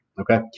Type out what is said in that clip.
okay